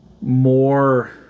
more